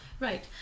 Right